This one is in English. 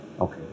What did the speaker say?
Okay